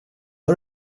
har